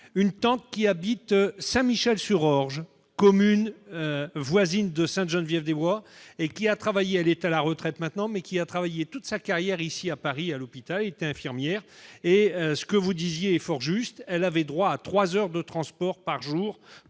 une tante qui habite Saint-Michel-sur-Orge, commune voisine de Sainte-Geneviève-des-Bois et qui a travaillé- elle est aujourd'hui à la retraite -durant toute sa carrière à Paris, à l'hôpital, où elle était infirmière. Ce que vous disiez est fort juste, elle avait droit à trois heures de transport par jour